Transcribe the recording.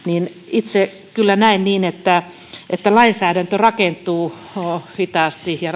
itse kyllä näen niin että että lainsäädäntö rakentuu hitaasti ja